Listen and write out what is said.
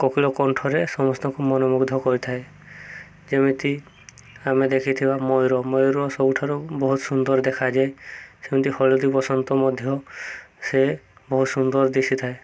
କୋକିଳ କଣ୍ଠରେ ସମସ୍ତଙ୍କୁ ମନମୁଗ୍ଧ କରିଥାଏ ଯେମିତି ଆମେ ଦେଖିଥିବା ମୟୂର ମୟୂର ସବୁଠାରୁ ବହୁତ ସୁନ୍ଦର ଦେଖାଯାଏ ସେମିତି ହଳଦୀ ବସନ୍ତ ମଧ୍ୟ ସେ ବହୁତ ସୁନ୍ଦର ଦିଶିଥାଏ